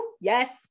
yes